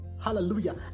hallelujah